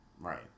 Right